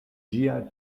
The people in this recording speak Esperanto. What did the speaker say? ĝia